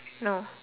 no